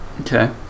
Okay